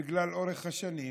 בגלל אורך השנים